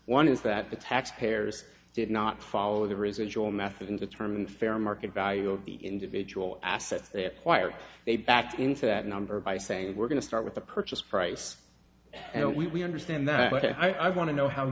one is that the tax payers did not follow the residual method in determining fair market value of the individual assets why are they backed into that number by saying we're going to start with the purchase price and we understand that but i want to know how